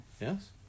Yes